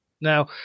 Now